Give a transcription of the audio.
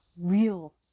real